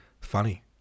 funny